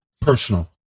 personal